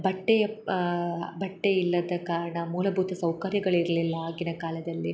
ಬಟ್ಟೆ ಬಟ್ಟೆ ಇಲ್ಲದ ಕಾರಣ ಮೂಲಭೂತ ಸೌಕರ್ಯಗಳಿರಲಿಲ್ಲ ಆಗಿನ ಕಾಲದಲ್ಲಿ